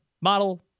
model